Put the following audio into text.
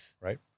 right